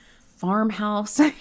farmhouse